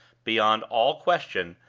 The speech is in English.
beyond all question,